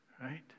right